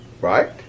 Right